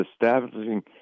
establishing